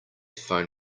phone